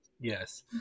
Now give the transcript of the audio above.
Yes